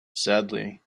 sadly